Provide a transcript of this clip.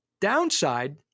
downside